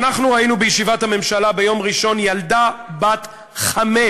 אנחנו ראינו בישיבת הממשלה ביום ראשון שילדה בת חמש